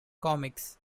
comix